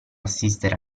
assistere